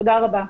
תודה רבה.